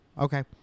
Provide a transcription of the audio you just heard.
okay